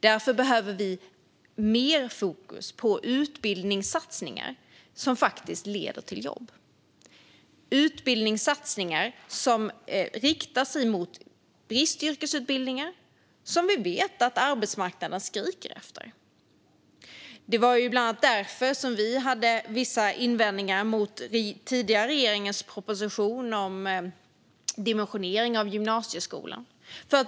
Därför behöver vi mer fokus på utbildningssatsningar som faktiskt leder till jobb - utbildningssatsningar som riktar sig mot bristyrken, där vi vet att arbetsmarknaden skriker efter personal. Det var bland annat därför som vi hade vissa invändningar mot den tidigare regeringens proposition om dimensionering av gymnasieskolan.